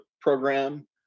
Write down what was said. program